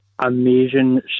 Amazing